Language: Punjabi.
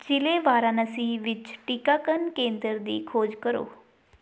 ਜ਼ਿਲ੍ਹੇ ਵਾਰਾਣਸੀ ਵਿੱਚ ਟੀਕਾਕਰਨ ਕੇਂਦਰ ਦੀ ਖੋਜ ਕਰੋ